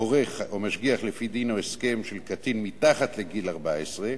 הורה או משגיח לפי דין או הסכם של קטין מתחת לגיל 14,